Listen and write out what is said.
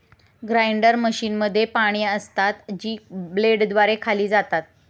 grinder मशीनमध्ये पाने असतात, जी ब्लेडद्वारे खाल्ली जातात